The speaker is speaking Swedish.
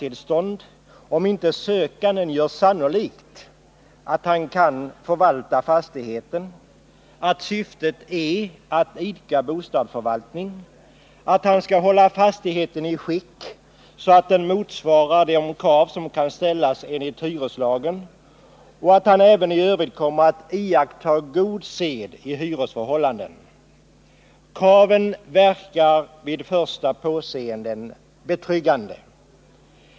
tillstånd om inte sökanden gör sannolikt att han kan förvalta fastigheten, att syftet är att idka bostadsförvaltning, att han skall hålla fastigheten i sådant skick att den motsvarar de krav som kan ställas enligt hyreslagen och att han även i övrigt kommer att iaktta god sed i hyresförhållanden. Kraven verkar vid första påseendet betryggande.